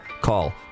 call